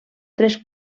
tres